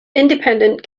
independent